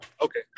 Okay